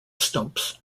stumps